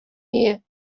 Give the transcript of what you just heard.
and